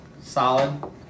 Solid